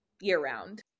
year-round